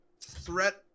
threat